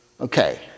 Okay